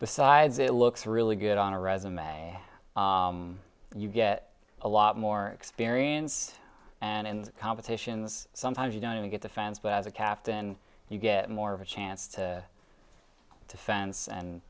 the sides it looks really good on a resume you get a lot more experience and in competitions sometimes you don't get the sense that as a captain you get more of a chance to defense and